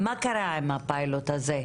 מה קרה עם הפיילוט הזה?